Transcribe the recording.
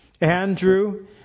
Andrew